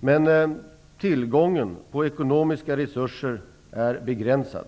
Men tillgången på ekonomiska resurser är begränsad.